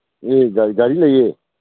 ꯑꯦ ꯒꯥꯔꯤ ꯒꯥꯔꯤ ꯂꯩꯌꯦ